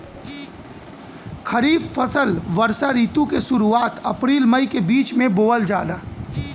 खरीफ फसल वषोॅ ऋतु के शुरुआत, अपृल मई के बीच में बोवल जाला